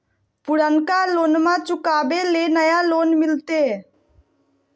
पुर्नका लोनमा चुकाबे ले नया लोन मिलते?